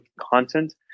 content